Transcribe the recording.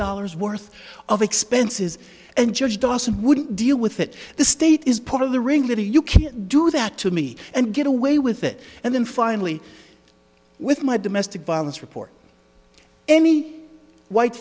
dollars worth of expenses and judge dawson wouldn't deal with it the state is part of the ring leader you can't do that to me and get away with it and then finally with my domestic violence report any white